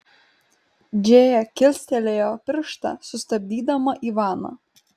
džėja kilstelėjo pirštą sustabdydama ivaną